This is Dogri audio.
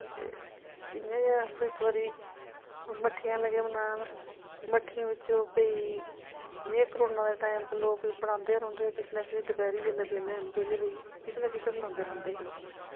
इ'यां गै अस इक बारी मट्ठियां लगे बनान मट्ठियें बिच्च ओह् पेई जि'यां करोनां दे टाईम अपर लोक बनांदे गै रौंह्दे हे किश ना किश दपैह्री बेल्लै बेह्ल्ले बेहियै किश ना किश बनांदे रौंह्दे हे ओह्